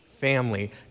family